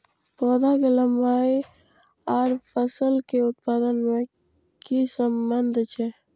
पौधा के लंबाई आर फसल के उत्पादन में कि सम्बन्ध छे?